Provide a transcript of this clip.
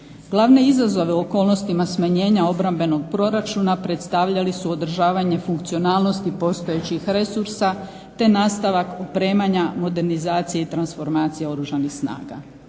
Glavne izazove u okolnostima smanjenja obrambenog proračuna predstavljali su održavanje funkcionalnosti postojećih resursa te nastavak opremanja modernizacije i transformacije Oružanih snaga.